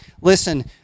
listen